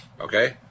okay